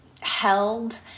held